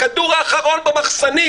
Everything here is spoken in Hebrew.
הכדור האחרון במחסנית